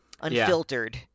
unfiltered